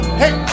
hey